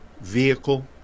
vehicle